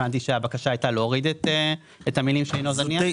הבנתי שהבקשה הייתה להוריד את המילים 'שאינו זניח'.